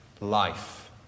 life